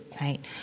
right